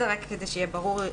רק כדי שהיה ברור.